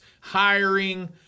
hiring